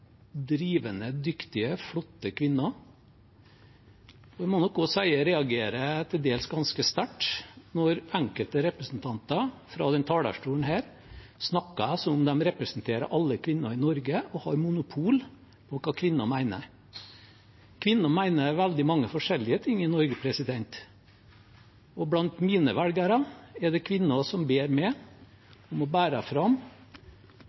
drivende dyktige, flotte kvinner. Jeg må jeg si jeg reagerer til dels ganske sterkt når enkelte representanter fra denne talerstolen snakker som om de representerer alle kvinner i Norge, og har monopol på hva kvinner mener. Kvinner mener veldig mange forskjellige ting i Norge. Blant mine velgere er det kvinner som ber meg om å bære fram